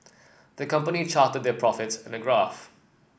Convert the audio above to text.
the company charted their profits in a graph